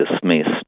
dismissed